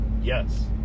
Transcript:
yes